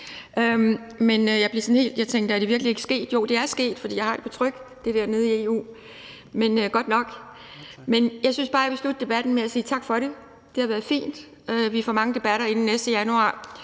Men jeg tænker: Er det virkelig ikke sket? Jo, det er sket, for jeg har det, der skete nede i EU, på tryk. Men jeg synes bare, jeg vil slutte debatten med at sige tak for det. Det har været fint. Vi får mange debatter inden næste januar,